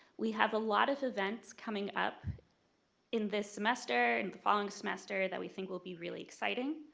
we have a lot of events coming up in this semester and the following semester that we think will be really exciting.